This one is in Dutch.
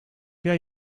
jij